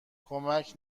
کمک